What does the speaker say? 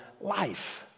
life